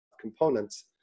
components